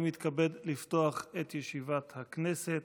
ירושלים, הכנסת,